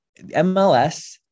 MLS